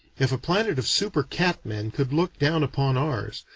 if a planet of super-cat-men could look down upon ours,